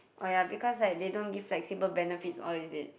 oh ya because like they don't give flexible benefits all is it